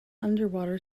underwater